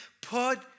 put